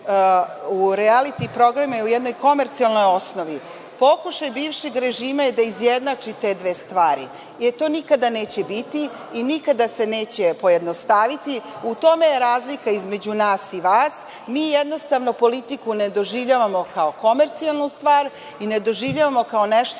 u rijaliti programima u jednoj komercijalnoj osnovi pokušaj bivšeg režima je da izjednači te dve stvari. To nikada neće biti i nikada se neće pojednostaviti. U tome je razlika između nas i vas. Mi jednostavno politiku ne doživljavamo kao komercijalnu stvar i ne doživljavamo kao nešto